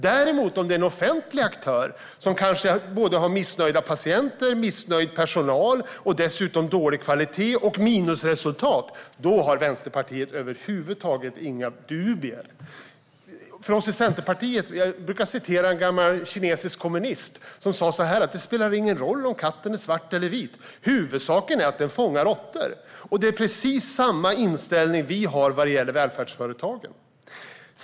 Om det däremot är en offentlig aktör som kanske har missnöjda patienter, missnöjd personal och dessutom dålig kvalitet och minusresultat, då har Vänsterpartiet över huvud taget inga dubier. Jag brukar citera en gammal kinesisk kommunist som sa: Det spelar ingen roll om katten är svart eller vit - huvudsaken är att den fångar råttor. Det är precis samma inställning vi i Centerpartiet har vad gäller välfärdsföretagen.